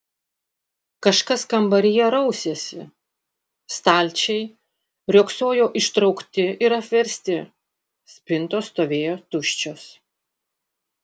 kažkas kambaryje rausėsi stalčiai riogsojo ištraukti ir apversti spintos stovėjo tuščios